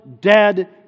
dead